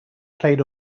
played